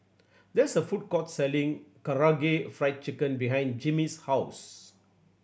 there is a food court selling Karaage Fried Chicken behind Jimmy's house